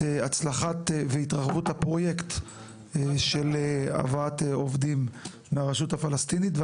הצלחת והתרחבות הפרויקט של הבאת עובדים מהרשות הפלסטינית,